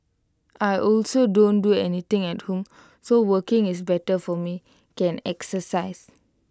I also don't do anything at home so working is better for me can exercise